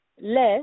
less